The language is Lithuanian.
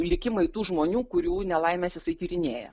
likimai tų žmonių kurių nelaimes jisai tyrinėja